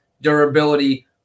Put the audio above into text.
durability